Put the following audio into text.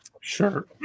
Sure